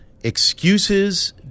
excuses